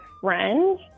friend